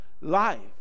Life